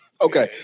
Okay